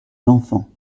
d’enfants